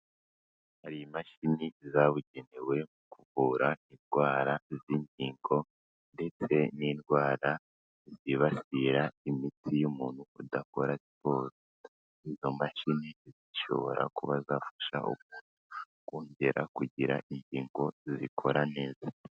Hari imashini zabugenewe mu kuvura indwara z'inkiko ndetse n'indwara zibasira imitsi y'umuntu udakora siporo izo mashini zishobora kuba zafasha kongera kugira ingingo zikora neza.